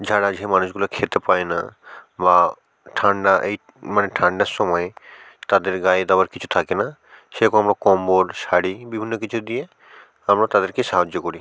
যারা যে মানুষগুলো খেতে পায় না বা ঠান্ডা এই মানে ঠান্ডার সময়ে তাদের গায়ে দেবার কিছু থাকে না যে কোনো কম্বল শাড়ি বিভিন্ন কিছু দিয়ে আমরা তাদেরকে সাহায্য করি